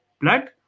Blood